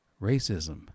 racism